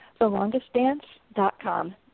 TheLongestDance.com